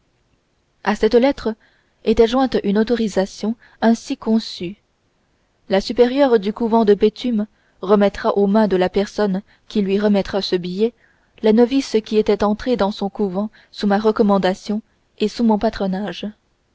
à cette lettre était jointe une autorisation ainsi conçue la supérieure du couvent de béthune remettra aux mains de la personne qui lui remettra ce billet la novice qui était entrée dans son couvent sous ma recommandation et sous mon patronage